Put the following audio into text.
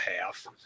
half